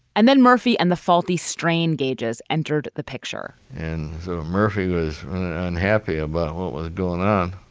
and then murphy and the faulty strain gauges entered the picture and murphy was unhappy about what was going on.